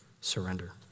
surrender